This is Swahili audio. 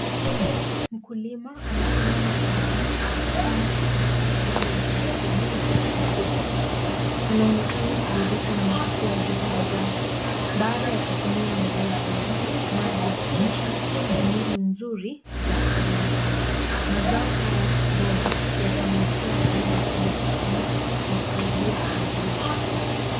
Mkulima anasimama shambani akitazama kwa furaha migomba yenye ndizi mingi, na kubwa, anaonekana kuridhika na matokeo ya juhudi zake, baada ya kutumia mbolea bora, maji ya kutosha na mbinu nzuri za kilimo. Mazao haya bora yatamletea faida kubwa sokoni na kusaidia familia yake.